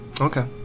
Okay